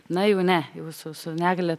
na jau ne jau su su negalia